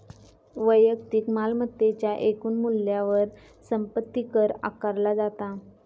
वैयक्तिक मालमत्तेच्या एकूण मूल्यावर संपत्ती कर आकारला जाता